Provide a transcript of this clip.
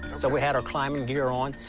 so we had our climbing gear on.